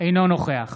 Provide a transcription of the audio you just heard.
אינו נוכח